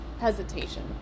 hesitation